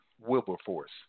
Wilberforce